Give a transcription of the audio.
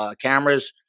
cameras